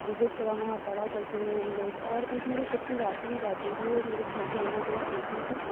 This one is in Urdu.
وزٹ کرا وہاں پڑھا کرتے ہیں ہم لوگ اور ایک میرے خود کی ذاتی لائبریری ہے میرے گھر کے اندر جو کہ چھوٹی سی